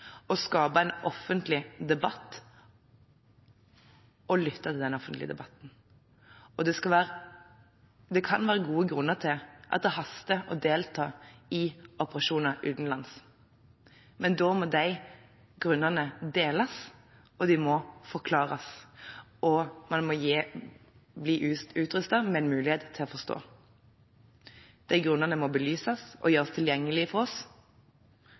skape en offentlig debatt – og lytte til den offentlige debatten. Det kan være gode grunner til at det haster å delta i operasjoner utenlands, men da må de grunnene deles, og de må forklares, og man må bli utrustet med en mulighet til å forstå. De grunnene må belyses og gjøres tilgjengelige for oss.